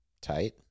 tight